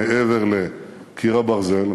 מעבר לקיר הברזל,